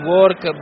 work